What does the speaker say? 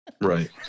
Right